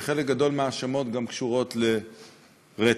כשחלק גדול מההאשמות גם קשורות לרצח.